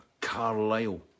Carlisle